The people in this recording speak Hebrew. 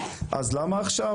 אז למה עכשיו?